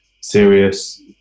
serious